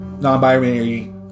non-binary